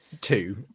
two